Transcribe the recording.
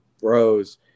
bros